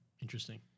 Interesting